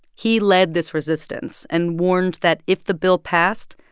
he led this resistance and warned that if the bill passed,